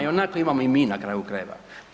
Ionako imamo i mi na kraju krajeva.